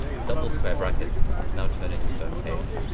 double square brackets. it's now turned into its own page.